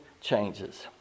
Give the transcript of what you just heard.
changes